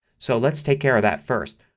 so let's take care of that first.